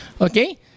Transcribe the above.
Okay